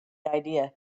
idea